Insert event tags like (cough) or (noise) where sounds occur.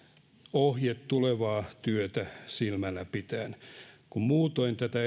ohje tulevaa työtä silmällä pitäen kun tätä (unintelligible)